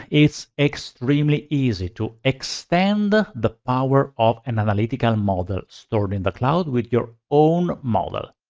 it's extremely easy to extend the the power of an analytical model stored in the cloud with your own model.